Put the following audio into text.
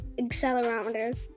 accelerometer